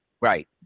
Right